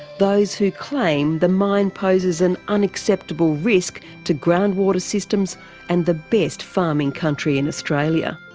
those who claim the mine poses an unacceptable risk to groundwater systems and the best farming country in australia.